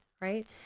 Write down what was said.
Right